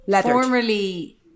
Formerly